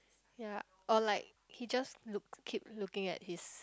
ya or like he just look keep looking at his